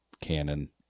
canon